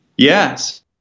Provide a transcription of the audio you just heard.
Yes